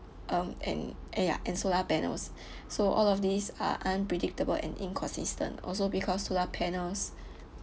um and ah ya and solar panels so all of these are unpredictable and inconsistent also because solar panels